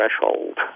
threshold